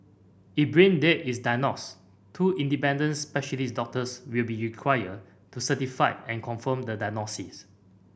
if brain death is diagnosed two independent specialist doctors will be required to certify and confirm the diagnosis